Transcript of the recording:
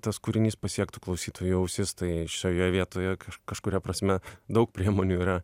tas kūrinys pasiektų klausytojo ausis tai šioje vietoje kažkuria prasme daug priemonių yra